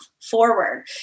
forward